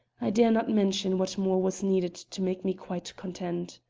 i dare not mention what more was needed to make me quite content.